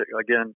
again